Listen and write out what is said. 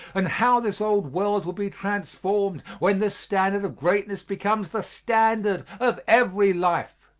and how this old world will be transformed when this standard of greatness becomes the standard of every life!